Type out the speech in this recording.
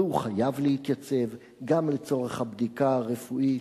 והוא חייב להתייצב גם לצורך הבדיקה הרפואית.